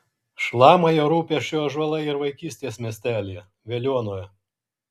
šlama jo rūpesčiu ąžuolai ir vaikystės miestelyje veliuonoje